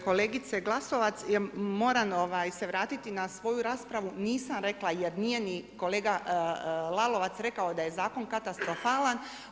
Kolegice Glasovac, ja moram se vratiti na svoju raspravu, nisam rekla jer nije ni kolega Lalovac rekao da je zakon katastrofalan.